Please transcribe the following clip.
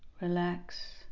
relax